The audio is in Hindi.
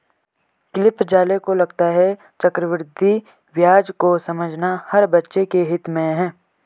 क्लिफ ज़ाले को लगता है चक्रवृद्धि ब्याज को समझना हर बच्चे के हित में है